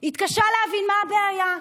הוא התקשה להבין מה הבעיה,